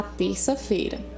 terça-feira